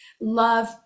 love